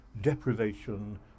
deprivation